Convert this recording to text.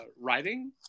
writing